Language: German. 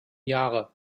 jahre